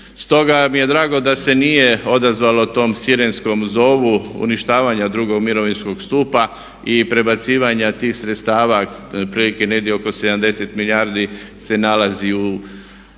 Stoga mi je drago da se nije odazvalo tom sirenskom zovu uništavanja drugog mirovinskog stupa i prebacivanja tih sredstava otprilike negdje oko 70 milijardi se nalazi u